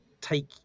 take